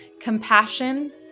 compassion